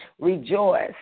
rejoice